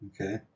Okay